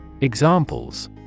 Examples